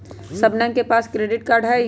शबनम के पास credit card हई